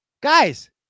guys